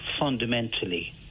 fundamentally